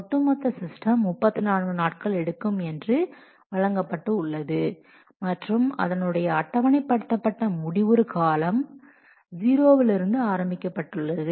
ஒட்டு மொத்த சிஸ்டம் 34 நாட்கள் எடுக்கும் என்று வழங்கப்பட்டு உள்ளது மற்றும் அதனுடைய அட்டவணைப்படுத்தப்பட்ட முடிவுறும் காலம் 0 இருந்து ஆரம்பிக்க பட்டுள்ளது